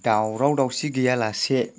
दावराव दावसि गैयालासे